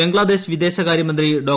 ബംഗ്ലാദേശ് വിദേശകാര്യമന്ത്രി ഡോ